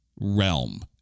realm